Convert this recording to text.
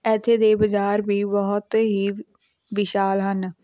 ਇੱਥੇ ਦੇ ਬਜ਼ਾਰ ਵੀ ਬਹੁਤ ਹੀ ਵਿਸ਼ਾਲ ਹਨ